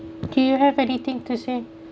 do you have anything to say